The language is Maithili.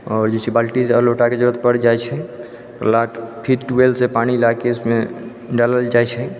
आओर जे छै बाल्टी आओर लोटाके जरूरत पड़ि जाइ छै या फेर ट्यूवेलसँ पानि लाके उसमे डालल जाइ छै